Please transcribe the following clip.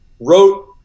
wrote